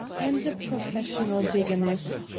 and a professional bigamist.